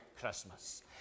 Christmas